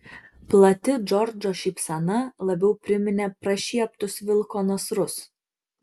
plati džordžo šypsena labiau priminė prašieptus vilko nasrus